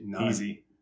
Easy